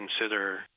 consider